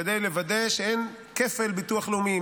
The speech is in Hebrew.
כדי לוודא שאין כפל ביטוח לאומי.